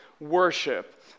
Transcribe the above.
worship